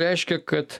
reiškia kad